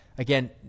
Again